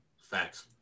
Facts